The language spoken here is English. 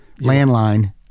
landline